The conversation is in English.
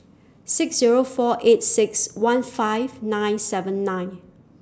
six Zero four eight six one five nine seven nine